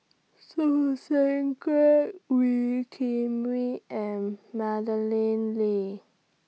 Choo Seng Quee Wee Kim Wee and Madeleine Lee